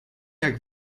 jak